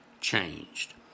changed